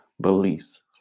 beliefs